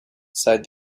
sighed